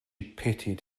pitied